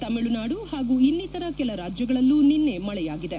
ತಮಿಳುನಾಡು ಹಾಗೂ ಇನ್ನಿತರ ಕೆಲ ರಾಜ್ಯಗಳಲ್ಲೂ ನಿನೈ ಮಳೆಯಾಗಿದೆ